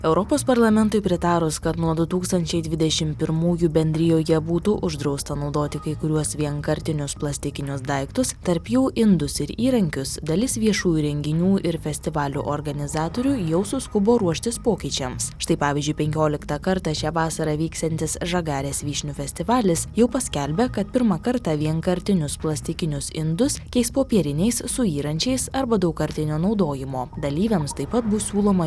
europos parlamentui pritarus kad nuo du tūkstančiai dvidešim pirmųjų bendrijoje būtų uždrausta naudoti kai kuriuos vienkartinius plastikinius daiktus tarp jų indus ir įrankius dalis viešųjų renginių ir festivalių organizatorių jau suskubo ruoštis pokyčiams štai pavyzdžiui penkioliktą kartą šią vasarą vyksiantis žagarės vyšnių festivalis jau paskelbė kad pirmą kartą vienkartinius plastikinius indus keis popieriniais suyrančiais arba daugkartinio naudojimo dalyviams taip pat bus siūloma